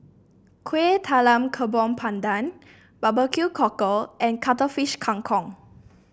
Kuih Talam pandan Barbecue Cockle and Cuttlefish Kang Kong